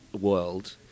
world